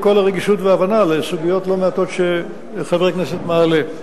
עם כל הרגישות וההבנה לסוגיות לא מעטות שחבר הכנסת מעלה.